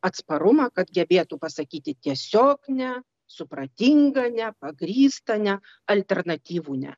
atsparumą kad gebėtų pasakyti tiesiog ne supratingą ne pagrįstą ne alternatyvų ne